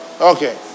okay